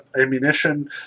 ammunition